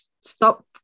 stop